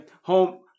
Home